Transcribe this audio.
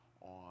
on